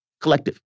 Collective